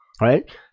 right